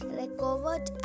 recovered